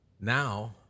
now